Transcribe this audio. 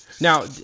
Now